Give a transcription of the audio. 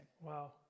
Wow